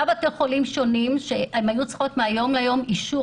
בתי חולים שונים שהיו צריכים מהיום להיום אישור